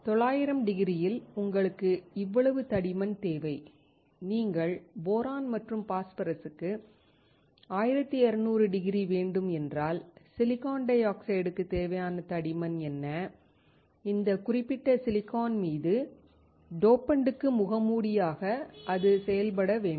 900 டிகிரியில் உங்களுக்கு இவ்வளவு தடிமன் தேவை நீங்கள் போரான் மற்றும் பாஸ்பரஸுக்கு 1200 டிகிரி வேண்டும் என்றால் சிலிக்கான் டை ஆக்சைடுக்கு தேவையான தடிமன் என்ன இந்த குறிப்பிட்ட சிலிக்கான் மீது டோபண்டிற்கு முகமூடியாக அது செயல்பட வேண்டும்